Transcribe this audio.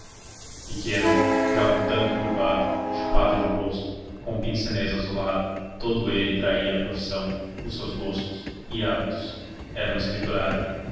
pequeno já um tanto curvado chupado de rosto com um pince-nez azulado todo ele traía a profissão os seus gostos e hábitos era um escriturário